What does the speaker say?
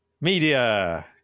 Media